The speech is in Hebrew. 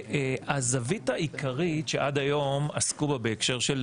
הזווית העיקרית שעד היום עסקו בה בהקשר של